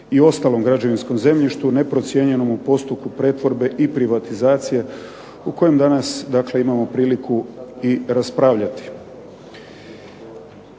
i ostalom građevinskom zemljištu neprocijenjenom u postupku pretvorbe i privatizacije o kojem danas dakle imamo priliku i raspravljati.